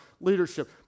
leadership